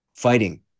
fighting